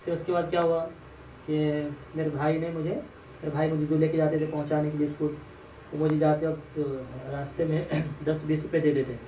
پھر اس کے بعد کیا ہوا کہ میرے بھائی نے مجھےمیرے بھائی مجھے جو لے کے جاتے تھے پہنچانے کے لیے اسکول وہ لے جاتے وقت راستے میں دس بیس روپے دے دیتے